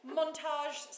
montage